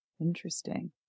Interesting